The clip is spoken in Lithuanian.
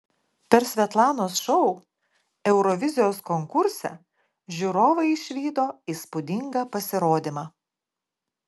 per svetlanos šou eurovizijos konkurse žiūrovai išvydo įspūdingą pasirodymą